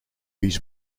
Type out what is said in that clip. his